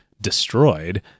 destroyed